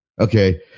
okay